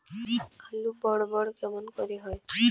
আলু বড় বড় কেমন করে হয়?